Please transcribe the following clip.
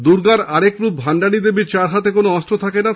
দুর্গার আরেক রূপ ভান্ডানী দেবীর চারহাতে কোন অস্ত্র থাকেনা